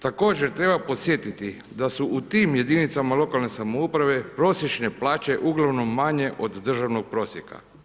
Također, treba podsjetiti da su u tim jedinicama lokalne samouprave prosječne plaće uglavnom manje od državnog prosjeka.